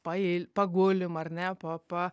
pail pagulim ar ne po pa